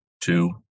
Two